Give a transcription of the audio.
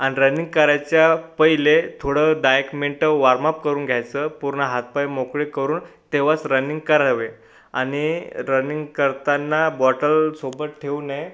आणि रनिंग करायच्या पहिले थोड दहा एक मिनिटं वॉर्मअप करून घ्यायचं पूर्ण हात पाय मोकळे करून तेव्हाच रनिंग करावे आणि रनिंग करताना बॉटल सोबत ठेवू नये